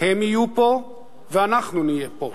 הם יהיו פה ואנחנו נהיה פה,